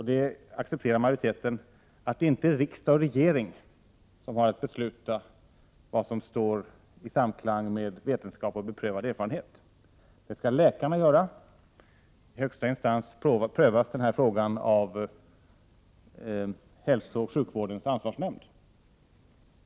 I Sverige är det, vilket majoriteten accepterar, inte riksdag och regering som har att besluta om vad det är som står i samklang med vetenskaplig och beprövad erfarenhet. Det skall läkarna göra. Högsta instans där denna fråga prövas är hälsooch sjukvårdens ansvarsnämnd.